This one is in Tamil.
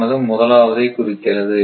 ஆனது முதலாவதை குறிக்கிறது